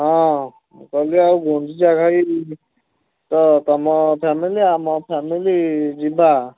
ହଁ ମୁଁ କହିଲି ଆଉ ଗୁଣ୍ଡିଚାଘାଗୀ ତ ତୁମ ଫ୍ୟାମିଲି ଆମ ଫ୍ୟାମିଲି ଯିବା